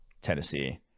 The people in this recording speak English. Tennessee